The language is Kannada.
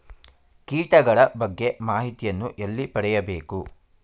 ಕೀಟಗಳ ಬಗ್ಗೆ ಮಾಹಿತಿಯನ್ನು ಎಲ್ಲಿ ಪಡೆಯಬೇಕು?